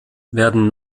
werden